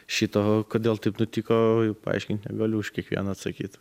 šito kodėl taip nutiko paaiškint negaliu už kiekvieną atsakyt